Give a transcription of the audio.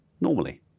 normally